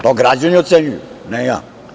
To građani ocenjuju, ne ja.